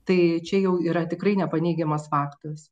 tai čia jau yra tikrai nepaneigiamas faktas